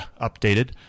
updated